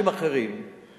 אנשים מבוגרים מאוד,